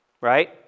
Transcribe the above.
Right